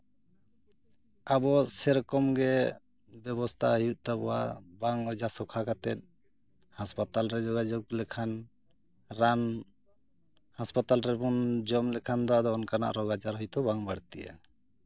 ᱟᱵᱚ ᱥᱮᱨᱚᱠᱚᱢ ᱜᱮ ᱵᱮᱵᱚᱥᱛᱟᱭ ᱦᱩᱭᱩᱜ ᱛᱟᱵᱚᱱᱟ ᱵᱟᱝ ᱚᱡᱷᱟ ᱥᱚᱠᱷᱟ ᱠᱟᱛᱮ ᱦᱟᱸᱥᱯᱟᱛᱟᱞ ᱨᱮ ᱡᱳᱜᱟᱡᱳᱜᱽ ᱞᱮᱠᱷᱟᱱ ᱨᱟᱱ ᱦᱟᱸᱥᱯᱟᱛᱟᱞ ᱨᱮᱵᱚᱱ ᱡᱚᱢ ᱞᱮᱠᱷᱟᱱ ᱫᱚ ᱟᱫᱚ ᱚᱱᱠᱟᱱᱟᱜ ᱨᱳᱜᱽ ᱟᱡᱟᱨ ᱦᱳᱭᱛᱳ ᱵᱟᱝ ᱵᱟᱹᱲᱛᱤᱜᱼᱟ